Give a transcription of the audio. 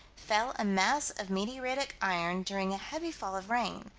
fell a mass of meteoritic iron during a heavy fall of rain.